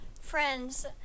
friends